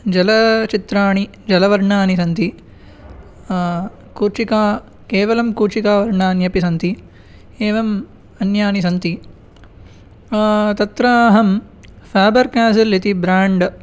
जल चित्राणि जलवर्णानि सन्ति कूर्चिका केवलं कूर्चिकावर्णान्यपि सन्ति एवम् अन्यानि सन्ति तत्र अहं फेबर् काज़ल् इति ब्राण्ड्